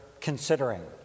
considering